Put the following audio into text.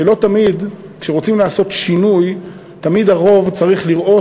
שלא תמיד כשרוצים לעשות שינוי תמיד הרוב צריך לראות